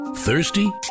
thirsty